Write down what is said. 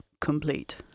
complete